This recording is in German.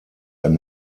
ein